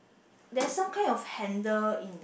there's some kind of handle in